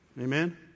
Amen